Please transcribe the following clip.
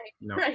no